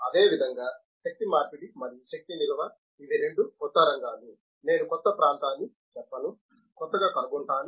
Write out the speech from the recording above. అదే విధంగా శక్తి మార్పిడి మరియు శక్తి నిల్వ ఇవి రెండు కొత్త రంగాలు నేను క్రొత్త ప్రాంతాన్ని చెప్పను కొత్తగా కనుగొంటాను